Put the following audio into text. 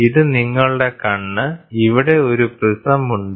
ഇത് നിങ്ങളുടെ കണ്ണ് ഇവിടെ ഒരു പ്രിസം ഉണ്ട്